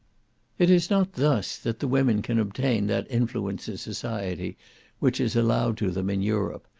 it is not thus that the women can obtain that influence in society which is allowed to them in europe,